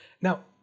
Now